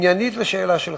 עניינית לשאלה שלך,